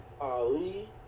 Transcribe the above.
Ali